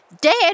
dead